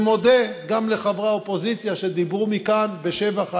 ומודה גם לחברי האופוזיציה שדיברו מכאן בשבח העניין,